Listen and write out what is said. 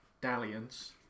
dalliance